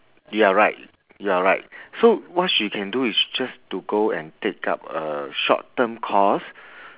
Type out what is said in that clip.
you're right you're right so what she can do is just to go and take up a short term course